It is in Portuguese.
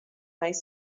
mais